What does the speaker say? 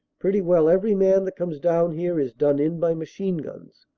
pretty well every man that comes down here is done in by machine-guns.